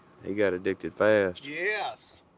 he got addicted fast yes